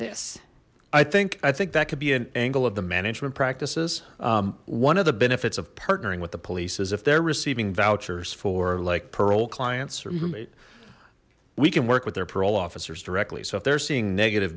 this i think i think that could be an angle of the management practices one of the benefits of partnering with the police is if they're receiving vouchers for like parole clients or roommate we can work with their parole officers directly so if they're seeing negative